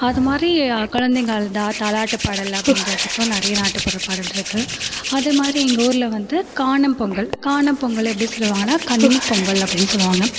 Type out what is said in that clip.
அது மாதிரி குழந்தைங்க அழுதால் தாலாட்டு பாடல் அப்படின்றதுக்கும் நிறைய நாட்டுப்புற பாடல் இருக்குது அதே மாதிரி எங்கள் ஊரில் வந்து காணும் பொங்கல் காணும் பொங்கல் எப்படி சொல்லுவாங்கன்னா கன்னி பொங்கல் அப்படினு சொல்லுவாங்க